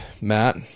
Matt